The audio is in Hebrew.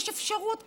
יש אפשרות כזאת,